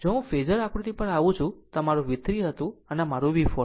જો હું ફેઝર આકૃતિ પર આવું છું આ મારું V3 હતું અને આ મારું V4 હતું